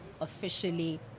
officially